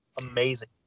Amazing